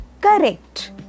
Correct